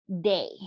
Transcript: day